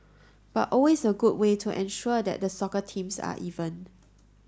but always a good way to ensure that the soccer teams are even